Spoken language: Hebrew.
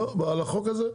החוק הזה?